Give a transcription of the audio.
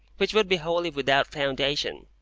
which would be wholly without foundation.